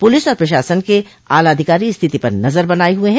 police और प्रशासन के आलाधिकारी स्थिति पर नजर बनाये हुए हैं